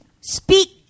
speak